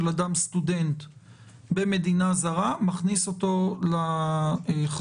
אדם סטודנט במדינה זרה מכניס אותו לחריג.